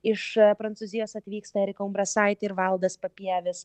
iš prancūzijos atvyksta erika umbrasaitė ir valdas papievis